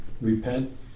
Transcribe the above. Repent